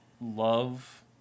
love